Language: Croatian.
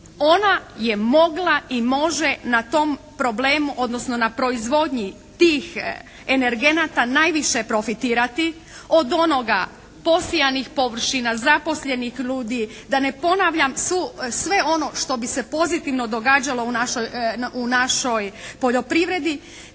Ona je mogla i može na tom problemu odnosno na proizvodnji tih energenata najviše profitirati od onoga posijanih površina, zaposlenih ljudi da ne ponavljam sve ono što bi se pozitivno događalo u našoj poljoprivredi.